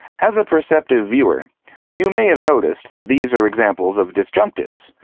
as a perceptive viewer you may have noticed that these are examples of disjunctives,